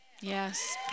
Yes